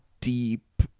deep